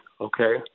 Okay